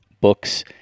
books